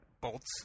bolts